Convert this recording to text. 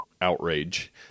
outrage